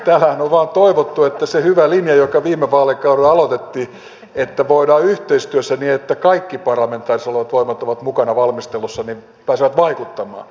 täällähän on vain toivottu sitä hyvä linjaa joka viime vaalikaudella aloitettiin että voidaan toimia yhteistyössä niin että kaikki parlamentaariset voimat ovat mukana valmistelussa pääsevät vaikuttamaan